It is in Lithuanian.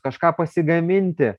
kažką pasigaminti